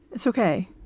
it's ok